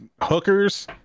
hookers